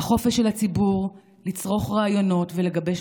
החופש של הציבור לצרוך רעיונות ולגבש